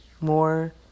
more